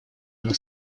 она